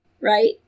right